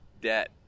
debt